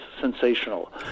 sensational